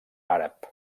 àrab